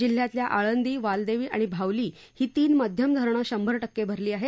जिल्ह्यातील आळंदी वालदेवी आणि भावली ही तीन मध्यम धरणे शंभर टक्के भरली आहेत